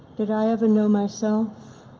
did i ever know myself?